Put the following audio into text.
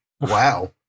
Wow